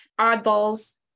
oddballs